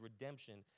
redemption